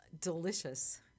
delicious